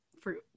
fruit